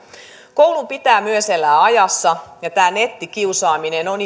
koulun pitää myös elää ajassa ja tämä nettikiusaaminen on